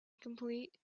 complete